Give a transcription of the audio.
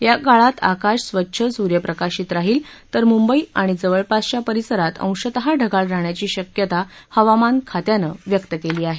या काळात आकाश स्वच्छ सुर्यप्रकाशित राहील तर मुंबई आणि जवळपासच्या परिसरात अंशतः ढगाळ राहण्याची शक्यता हवामान खात्यानं व्यक्त केली आहे